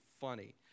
funny